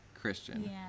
Christian